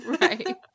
Right